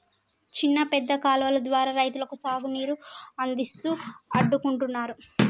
చిన్న పెద్ద కాలువలు ద్వారా రైతులకు సాగు నీరు అందిస్తూ అడ్డుకుంటున్నారు